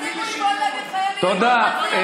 כפוית טובה.